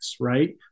right